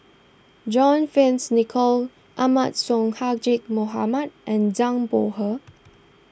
John Fearns Nicoll Ahmad Sonhadji Mohamad and Zhang Bohe